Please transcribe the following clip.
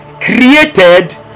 created